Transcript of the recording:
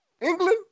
England